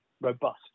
robust